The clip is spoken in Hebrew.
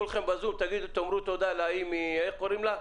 כולכם בזום תאמרו תודה להיא איך קוראים לה?